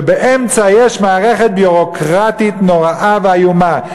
ובאמצע יש מערכת ביורוקרטית נוראה ואיומה.